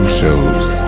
shows